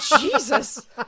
Jesus